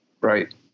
Right